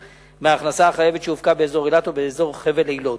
מההכנסה החייבת שהופקה באזור אילת או באזור חבל אילות.